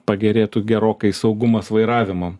pagerėtų gerokai saugumas vairavimo